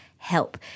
help